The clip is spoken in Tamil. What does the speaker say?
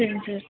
சரிங்க சார்